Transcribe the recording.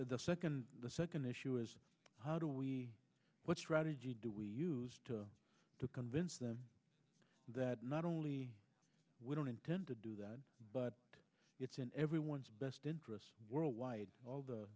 the second the second issue is how do we what strategy do we use to convince them that not only we don't intend to do that but it's in everyone's best interests worldwide all the